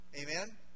Amen